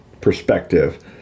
perspective